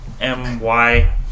M-Y